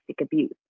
abuse